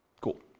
Cool